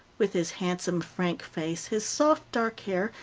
with his handsome frank face, his soft dark hair,